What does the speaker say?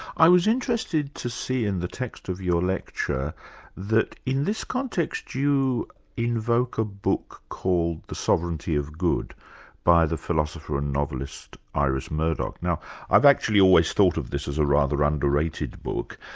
i was interested to see in the text of your lecture that in this context you invoke a book called the sovereignty of good by the philosopher and novelist, iris murdoch. now i've actually always thought of this as a rather under-rated book.